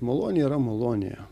malonė yra malonė